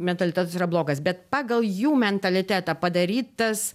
mentalitetas yra blogas bet pagal jų mentalitetą padarytas